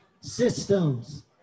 systems